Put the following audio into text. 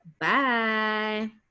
bye